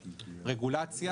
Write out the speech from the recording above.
רגולציה.